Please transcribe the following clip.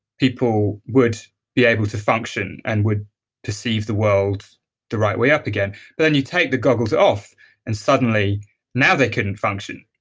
people would be able to function and would perceive the world the right way up again. but then you take the goggles off and suddenly now they couldn't function